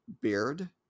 beard